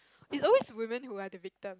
it's always who win who are the victim